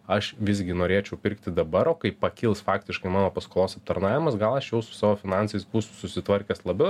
aš visgi norėčiau pirkti dabar o kai pakils faktiškai mano paskolos aptarnavimas gal aš jau su savo finansais busiu susitvarkęs labiau